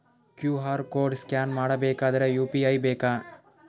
QR code scan ಮಾಡಬೇಕಾದರೆ UPI ಬೇಕಾ?